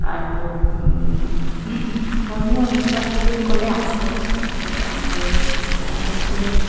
আৰু ধৰ্মীয় অনুষ্ঠান বুলি ক'লে আছে মুঠৰ ওপৰত আমাৰ বহুতখিনি